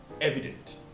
evident